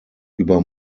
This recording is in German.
über